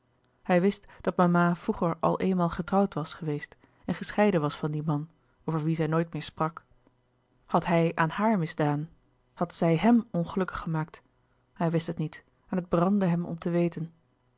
hij wist dat mama vroeger al eenmaal getrouwd was geweest en gescheiden was van dien man over wien zij nooit meer sprak had hij aan haar misdaan had zij hem ongelukkig gemaakt hij wist het niet en het brandde hem om te weten